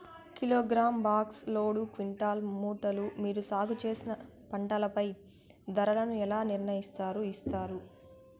Kilogram, box, load, క్వింటాలు, మూటలు మీరు సాగు చేసిన పంటపై ధరలను ఎలా నిర్ణయిస్తారు యిస్తారు?